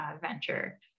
venture